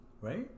Right